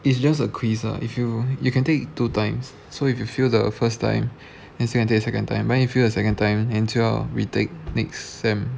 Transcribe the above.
it's just a quiz ah if you you can take two times so if you fail the first time then second take the second time but then you fail then second time 就要 retake next sem~